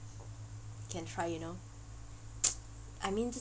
can try you know I mean